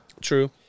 true